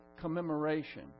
commemoration